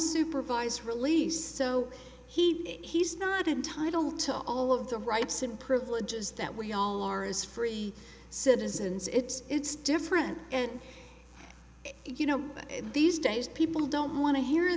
supervised release so he's not entitled to all of the rights sim privileges that we all are as free citizens it's it's different and you know these days people don't want to hear